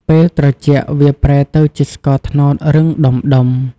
ពេលត្រជាក់ វាប្រែទៅជាស្ករត្នោតរឹងដំុៗ។